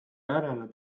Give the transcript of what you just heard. järele